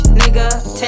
nigga